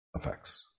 effects